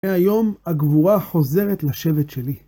מהיום הגבורה חוזרת לשבט שלי.